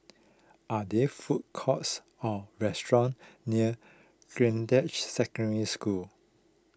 are there food courts or restaurants near Greendale Secondary School